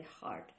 hard